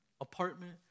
apartment